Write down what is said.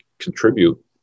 contribute